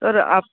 سر آپ